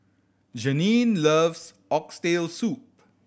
Jeanine loves Oxtail Soup